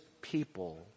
people